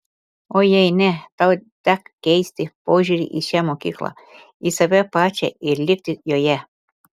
o jei ne tau tek keisti požiūrį į šią mokyklą į save pačią ir likti joje